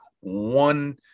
one